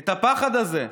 את הפחד הזה.